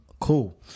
Cool